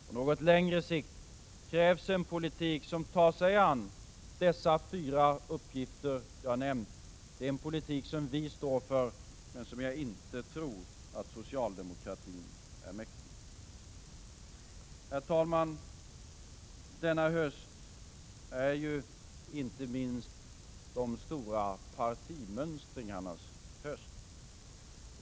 På något längre sikt krävs en politik som tar sig an de fyra uppgifter som jag har nämnt. Det är en politik som vi moderater står för men som jag inte tror att socialdemokratin är mäktig. Herr talman! Denna höst är icke minst de stora partimönstringarnas höst.